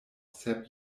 sep